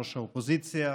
ראש האופוזיציה,